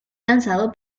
lanzado